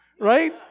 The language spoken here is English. right